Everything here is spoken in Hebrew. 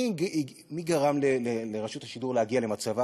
גרם לרשות השידור להגיע למצבה?